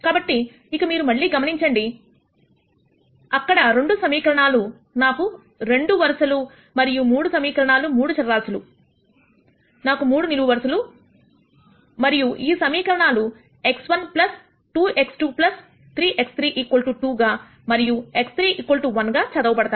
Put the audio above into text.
కాబట్టి ఇక మీరు మళ్ళీ గమనించండి అక్కడ రెండు సమీకరణాలు నాకు రెండు వరుసలు మరియు మూడు సమీకరణాలు మూడు చరరాశులు నాకు 3 నిలువు వరుసలు మరియు ఈ సమీకరణాలు x1 2x2 3x3 2 గా మరియు x3 1గా చదవబడతాయి